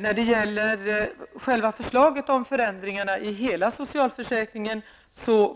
När det gäller förslaget om förändringar i hela socialförsäkringen